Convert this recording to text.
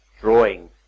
drawing